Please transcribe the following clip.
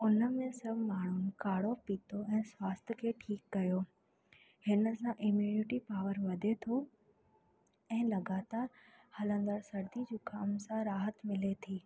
उन में सभु माण्हुनि काढ़ो पितो ऐं स्वास्थ्य खे ठीकु कयो हिन सां इम्यूनिटी पावर वधे थो ऐं लॻातारि हलंदड़ सर्दी ज़ुकाम सां राहत मिले थी